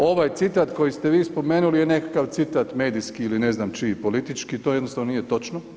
Ovaj citat koji ste vi spomenuli je nekakav citat medijski ili ne znam čiji, politički, to jednostavno nije točno.